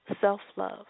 self-love